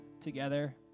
together